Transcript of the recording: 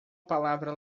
palavra